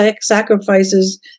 sacrifices